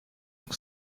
nog